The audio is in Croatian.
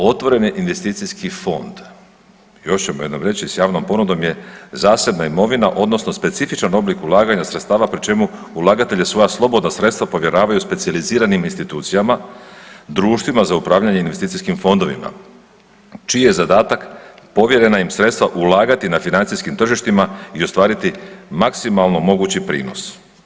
Otvoreni investicijski fond, još ćemo jednom reći, s javnom ponudom je zasebna imovina, odnosno specifičan oblik ulaganja sredstava pri čemu ulagatelj svoja slobodna sredstva povjeravaju specijaliziranim institucijama, društvima za upravljanje investicijskim fondovima, čiji je zadatak povjerena im sredstva ulagati na financijskim tržištima i ostvariti maksimalno mogući prinos.